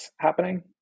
happening